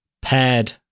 paired